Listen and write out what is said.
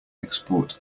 export